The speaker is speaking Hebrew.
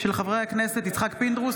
חברי הכנסת יצחק פינדרוס,